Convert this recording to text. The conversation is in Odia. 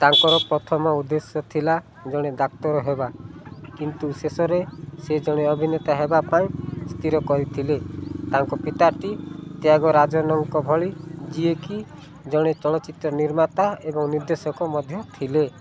ତାଙ୍କର ପ୍ରଥମ ଉଦ୍ଦେଶ୍ୟ ଥିଲା ଜଣେ ଡାକ୍ତର ହେବା କିନ୍ତୁ ଶେଷରେ ସେ ଜଣେ ଅଭିନେତା ହେବା ପାଇଁ ସ୍ଥିର କରିଥିଲେ ତାଙ୍କ ପିତାଟି ତ୍ୟାଗରାଜନଙ୍କ ଭଳି ଯିଏକି ଜଣେ ଚଳଚ୍ଚିତ୍ର ନିର୍ମାତା ଏବଂ ନିର୍ଦ୍ଦେଶକ ମଧ୍ୟ ଥିଲେ